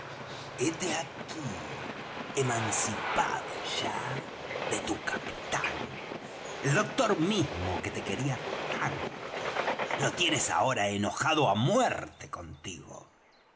pero héte aquí emancipado ya de tu capitán el doctor mismo que te quería tanto lo tienes ahora enojado á muerte contigo